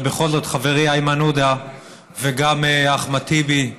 אבל בכל זאת: חברי איימן עודה וגם אחמד טיבי,